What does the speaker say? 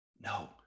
No